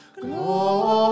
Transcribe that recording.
glory